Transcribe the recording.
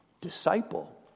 disciple